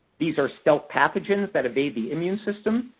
these are stealth pathogens that evade the immune system.